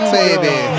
baby